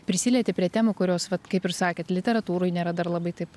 prisilieti prie temų kurios vat kaip ir sakėt literatūroj nėra dar labai taip